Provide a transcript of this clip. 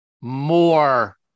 more